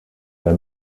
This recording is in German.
der